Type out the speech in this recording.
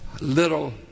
Little